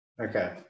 Okay